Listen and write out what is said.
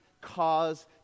cause